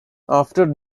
after